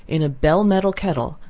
in a bell metal kettle,